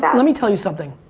but let me tell you something.